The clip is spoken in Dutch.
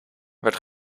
werd